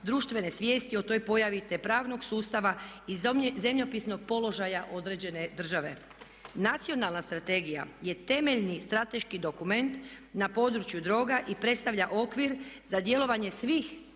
društvene svijesti o toj pojavi te pravnog sustava i zemljopisnog položaja određene države. Nacionalna strategija je temeljni strateški dokument na području droga i predstavlja okvir za djelovanje svih